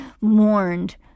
mourned